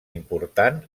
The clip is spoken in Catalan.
important